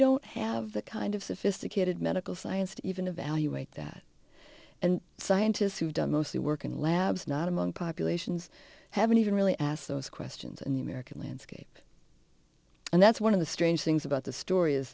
don't have the kind of sophisticated medical science to even evaluate that and scientists who've done mostly work in labs not among populations haven't even really asked those questions in the american landscape and that's one of the strange things about the story is